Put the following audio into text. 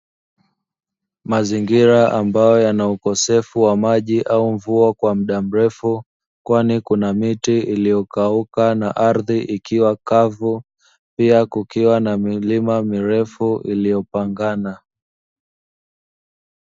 Mazingira ambayo yana ukosefu wa maji au mvua kwa muda mrefu, kwani kuna miti iliyokauka na ardhi ikiwa kavu. Pia kukiwa na milima mirefu iliyopangana.